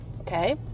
okay